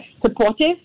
supportive